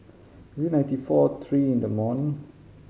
is ninety four three in the morning